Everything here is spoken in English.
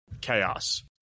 chaos